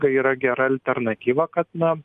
tai yra gera alternatyva kad na